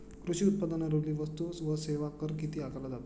कृषी उत्पादनांवरील वस्तू व सेवा कर किती आकारला जातो?